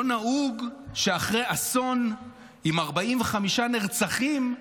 לא נהוג שאחרי אסון עם 45 נרצחים,